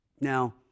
Now